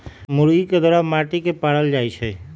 मुर्गी के दरबा माटि के पारल जाइ छइ